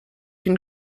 can